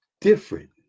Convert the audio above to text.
different